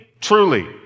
truly